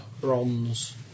bronze